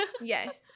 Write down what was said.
Yes